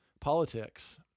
politics